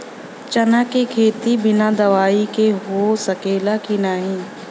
चना के खेती बिना दवाई के हो सकेला की नाही?